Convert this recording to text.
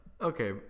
Okay